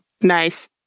Nice